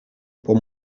pour